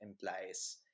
implies